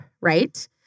right